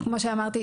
כמו שאמרתי,